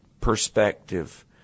perspective